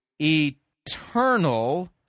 eternal